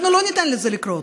אנחנו לא ניתן לזה לקרות.